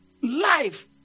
life